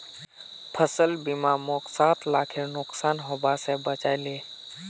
फसल बीमा मोक सात लाखेर नुकसान हबा स बचा ले